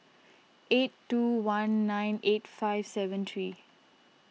eight two one nine eight five seven three